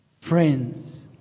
friends